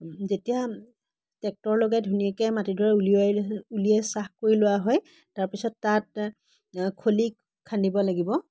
যেতিয়া ট্ৰেক্টৰ লগাই ধুনীয়াকৈ মাটিডৰা উলিয়াই চাহ কৰি লোৱা হয় তাৰপিছত তাত খোলি খান্দিব লাগিব